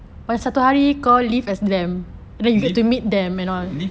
live live